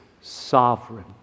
sovereign